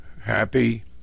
happy